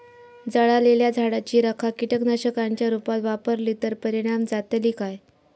जळालेल्या झाडाची रखा कीटकनाशकांच्या रुपात वापरली तर परिणाम जातली काय?